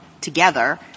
together